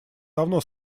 давно